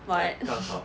what